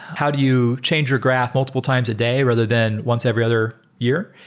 how do you change your graph multiple times a day rather than once every other year?